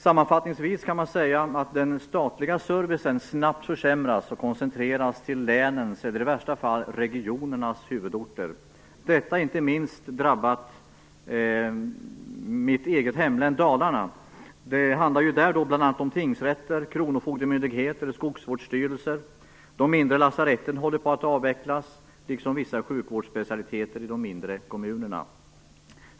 Sammanfattningsvis kan man säga att den statliga servicen snabbt försämras och koncentreras till länens eller i värsta fall regionernas huvudorter. Detta har inte minst drabbat mitt eget hemlän Dalarna. Det handlar där bl.a. om tingsrätter, kronofogdemyndigheter och skogsvårdsstyrelser. De mindre lasaretten håller på att avvecklas liksom vissa sjukvårdsspecialiteter i de mindre kommunerna.